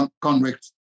convicts